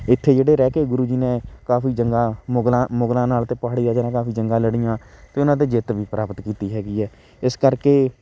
ਇੱਥੇ ਜਿਹੜੇ ਰਹਿ ਕੇ ਗੁਰੂ ਜੀ ਨੇ ਕਾਫੀ ਜੰਗਾਂ ਮੁਗਲਾਂ ਮੁਗਲਾਂ ਨਾਲ ਅਤੇ ਪਹਾੜੀ ਰਾਜਿਆਂ ਨਾਲ ਕਾਫੀ ਜੰਗਾਂ ਲੜੀਆਂ ਅਤੇ ਉਹਨਾਂ 'ਤੇ ਜਿੱਤ ਵੀ ਪ੍ਰਾਪਤ ਕੀਤੀ ਹੈਗੀ ਹੈ ਇਸ ਕਰਕੇ